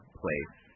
place